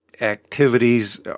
activities